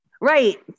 Right